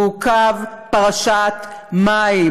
והוא קו פרשת מים"